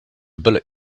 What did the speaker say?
bullet